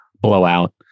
blowout